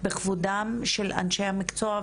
בכבודם של אנשי המקצוע,